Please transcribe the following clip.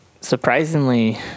surprisingly